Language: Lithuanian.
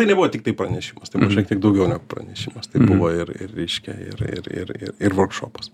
tai nebuvo tiktai pranešimas tai buvo šiek tiek daugiau negu pranešimas tai buvo ir ir reiškia ir ir ir ir ir vorkšopas